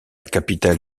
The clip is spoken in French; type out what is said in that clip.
capitale